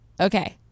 Okay